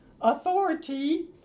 authority